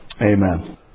Amen